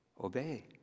obey